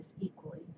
equally